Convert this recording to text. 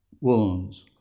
wounds